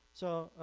so